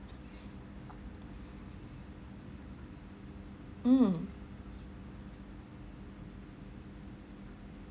mm